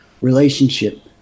relationship